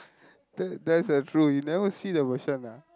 that's that's the truth you never see that version ah